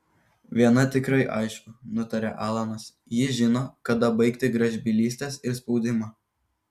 viena tikrai aišku nutarė alanas ji žino kada baigti gražbylystes ir spaudimą